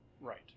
Right